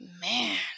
man